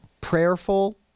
prayerful